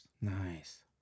Nice